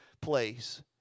place